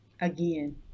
again